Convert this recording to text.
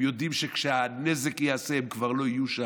הם יודעים שכשהנזק ייעשה הם כבר לא יהיו שם.